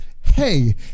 hey